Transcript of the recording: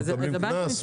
יקבלו קנסות?